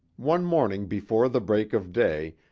one morning before the break of day,